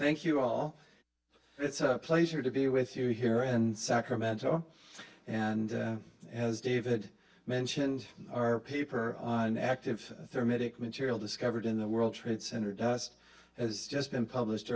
thank you all it's up pleasure to be with you here and sacramento and as david mentioned our paper on active there medic material discovered in the world trade center just as just been published